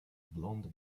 blonde